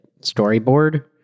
storyboard